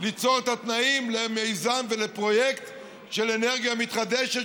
ליצור את התנאים למיזם ולפרויקט של אנרגיה מתחדשת,